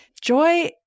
Joy